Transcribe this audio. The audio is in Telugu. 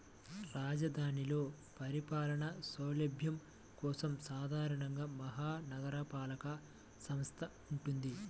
రాజధానిలో పరిపాలనా సౌలభ్యం కోసం సాధారణంగా మహా నగరపాలక సంస్థ వుంటది